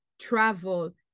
travel